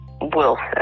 Wilson